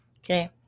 Okay